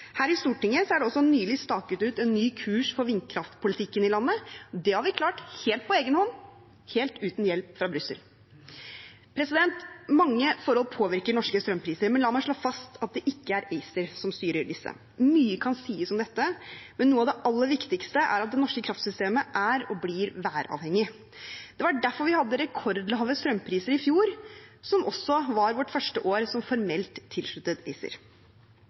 Her i Stortinget er det også nylig staket ut en ny kurs for vindkraftpolitikken i landet. Det har vi klart helt på egen hånd – helt uten hjelp fra Brussel. Mange forhold påvirker norske strømpriser. La meg slå fast at det ikke er ACER som styrer disse. Mye kan sies om dette, men noe av det aller viktigste er at det norske kraftsystemet er og blir væravhengig. Det var derfor vi hadde rekordlave strømpriser i fjor, som også var vårt første år som formelt tilsluttet